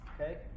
okay